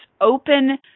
open